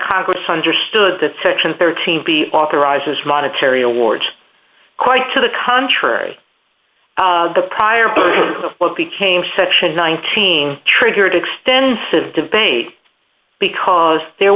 congress understood that section thirteen b authorizes monetary awards quite to the contrary the prior version of what became sections nineteen triggered extensive debate because there